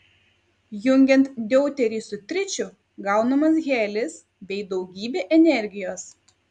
jungiant deuterį su tričiu gaunamas helis bei daugybė energijos